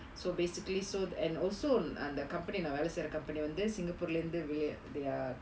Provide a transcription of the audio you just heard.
so basically so and also அந்த:antha company நா வேல செய்ற:naa vela seyrae company வந்து:vanthu singapore இருந்து:irunthu they are